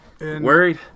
worried